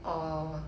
or